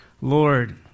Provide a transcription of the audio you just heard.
Lord